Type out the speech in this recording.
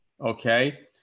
okay